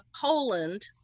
Poland